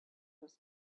his